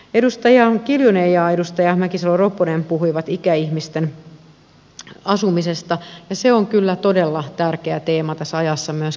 edustaja kiljunen ja edustaja mäkisalo ropponen puhuivat ikäihmisten asumisesta ja se on kyllä todella tärkeä teema tässä ajassa myöskin